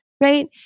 right